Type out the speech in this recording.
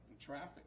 traffic